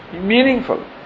meaningful